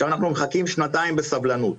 אנו מחכים שנתיים בסבלנות.